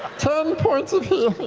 ten points of healing.